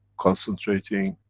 concentrating,